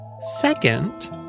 Second